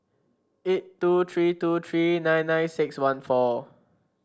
eight two three two three nine nine six one four